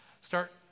start